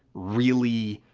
really,